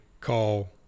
call